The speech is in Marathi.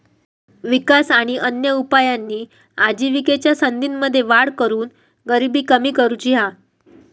विकास आणि अन्य उपायांनी आजिविकेच्या संधींमध्ये वाढ करून गरिबी कमी करुची हा